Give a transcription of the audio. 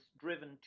driven